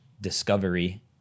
discovery